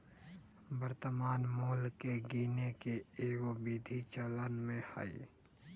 वर्तमान मोल के गीने के कएगो विधि चलन में हइ